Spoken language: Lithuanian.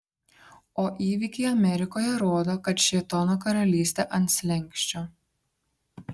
o įvykiai amerikoje rodo kad šėtono karalystė ant slenksčio